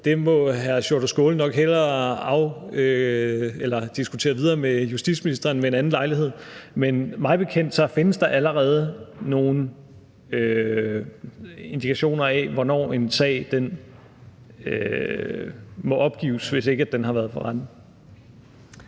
må hr. Sjúrður Skaale nok hellere diskutere videre med justitsministeren ved en anden lejlighed, men mig bekendt findes der allerede nogle indikationer af, hvornår en sag må opgives, hvis ikke den har været for